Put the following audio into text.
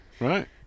Right